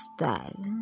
style